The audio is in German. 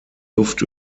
luft